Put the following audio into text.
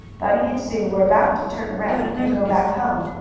bunny and sue were about to turn around and go back home,